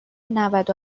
نود